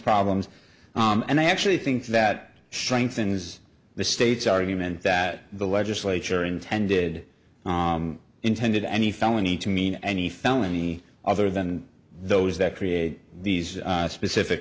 problems and i actually think that strengthens the state's argument that the legislature intended intended any felony to mean any felony other than those that create these specific